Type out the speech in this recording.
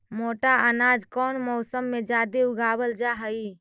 मोटा अनाज कौन मौसम में जादे उगावल जा हई?